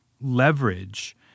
leverage